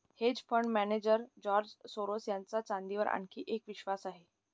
hedge fund manager George Soros यांचा चांदीवर आणखी एक विश्वास आहे